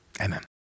amen